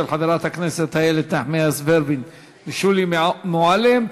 של חברות הכנסת איילת נחמיאס ורבין ושולי מועלם.